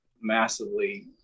massively